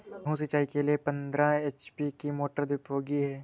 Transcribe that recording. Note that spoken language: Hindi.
गेहूँ सिंचाई के लिए पंद्रह एच.पी की मोटर अधिक उपयोगी है?